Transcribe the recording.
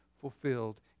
fulfilled